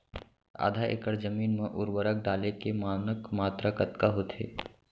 आधा एकड़ जमीन मा उर्वरक डाले के मानक मात्रा कतका होथे?